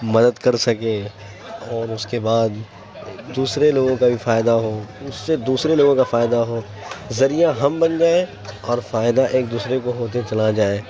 مدد کر سکیں اور اس کے بعد دوسرے لوگوں کا بھی فائدہ ہو اس سے دوسرے لوگوں کا فائدہ ہو ذریعہ ہم بن جائیں اور فائدہ ایک دوسرے کو ہوتے چلا جائے